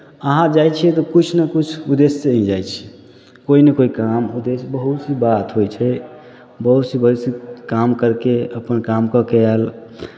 अहाँ जाइ छियै तऽ किछु ने किछु उद्देश्यसँ ही जाइ छियै कोइ नहि कोइ काम उद्देश्य बहुत सी बात होइ छै बहुत सी बहुत सी व्यस काम करि कऽ अपन काम कऽ कऽ आयल